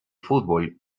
fútbol